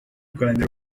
rwanda